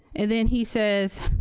and then he says,